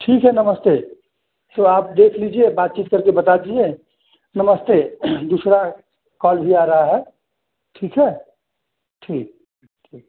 ठीक है नमस्ते तो आप देख लीजिए बातचीत करके बता दीजिए नमस्ते दूसरा कॉल भी आ रहा है ठीक है ठीक ठीक